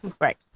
Right